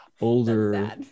older